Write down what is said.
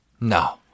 No